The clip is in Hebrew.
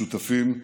משותפים,